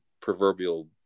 proverbial